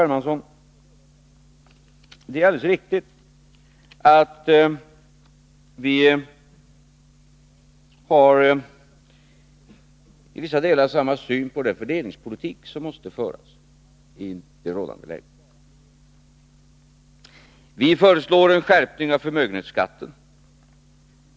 Hermansson att det är alldeles riktigt att vi i vissa delar har samma syn på den fördelningspolitik som måste föras i det rådande läget. Vi föreslår en skärpning av förmögenhetsskatten.